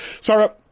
Sarah